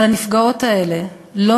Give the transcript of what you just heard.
אבל הנפגעות האלה לא